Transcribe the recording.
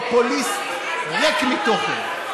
פופוליסט ריק מתוכן.